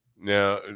now